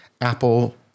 apple